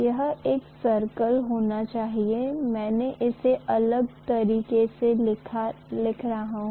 यह एक सर्कल होना चाहिए मैं इसे अलग तरीके से दिखा रहा हूं